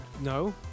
No